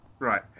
Right